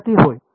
विद्यार्थी होय